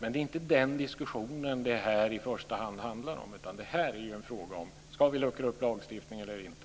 Men det är inte den diskussionen som det här i första hand handlar om, utan det här är en fråga om ifall vi ska luckra upp lagstiftningen eller inte.